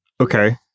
okay